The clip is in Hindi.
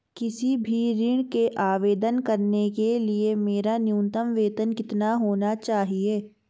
किसी भी ऋण के आवेदन करने के लिए मेरा न्यूनतम वेतन कितना होना चाहिए?